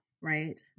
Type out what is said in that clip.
right